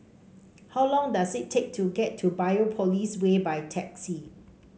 how long does it take to get to Biopolis Way by taxi